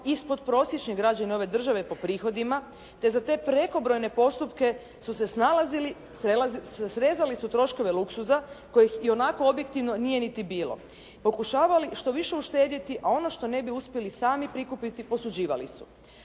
ispod prosječni građani ove države po prihodima te za te prekobrojne postupke su se snalazili. Srezali su troškove luksuza kojih ionako objektivno nije niti bilo, pokušavali što više uštedjeti, a ono što ne bi uspjeli sami prikupiti posuđivali su.